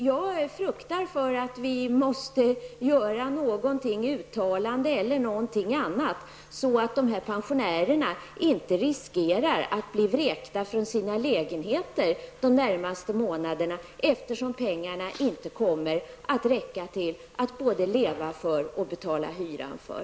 Jag fruktar för att vi måste göra ett uttalande eller någonting annat, så att pensionärerna inte riskerar att bli vräkta från sina lägenheter de närmaste månaderna, eftersom pengarna inte kommer att räcka till att både leva på och betala hyran med.